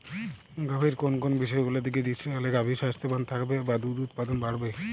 গাভীর কোন কোন বিষয়গুলোর দিকে দৃষ্টি রাখলে গাভী স্বাস্থ্যবান থাকবে বা দুধ উৎপাদন বাড়বে?